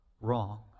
wrong